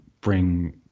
bring